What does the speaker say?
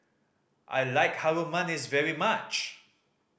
I like Harum Manis very much